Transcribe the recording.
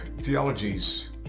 theologies